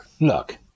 Look